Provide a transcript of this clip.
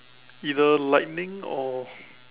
either lightning or